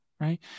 Right